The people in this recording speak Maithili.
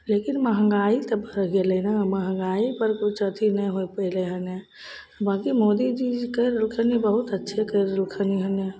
लेकिन महँगाइ तऽ बढ़ि गेलै ने महँगाइ पर किछु अथी नहि होइ पयलै हन बल्कि मोदीजी करि रहलखिन बहुत अच्छे करि रहलखिन हँ